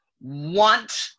want